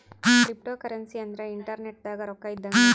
cryptocurrency ಅಂದ್ರ internet ದಾಗ ರೊಕ್ಕ ಇದ್ದಂಗ